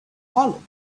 hollow